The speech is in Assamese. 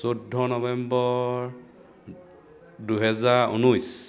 চৈধ্য নৱেম্বৰ দুহেজাৰ উনৈছ